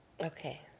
Okay